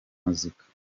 muzika